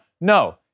No